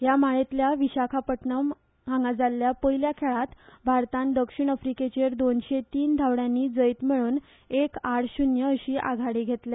ह्या माळेतल्या विशाखापट्टणम हांगा जाल्ल्या पयल्या खेळात भारतान दक्षिण अफ्रिकेचेर दोनशे तीन धावड्यानी जैत मेळोवन एक आड शुन्य अशी आघाडी घेतल्या